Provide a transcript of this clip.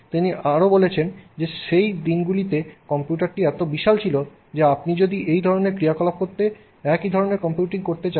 তিনি আরও বলেছেন যে সেই দিনগুলিতে কম্পিউটারটি এত বিশাল ছিল যে আপনি যদি এই ধরণের ক্রিয়াকলাপ সক্ষম করতে একই ধরণের কম্পিউটিং করতে চান